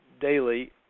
Daily